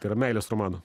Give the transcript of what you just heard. tai yra meilės romanų